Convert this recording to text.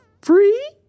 free